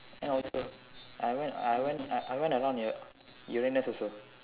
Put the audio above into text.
and also I went I went I I went around Ur~ Uranus also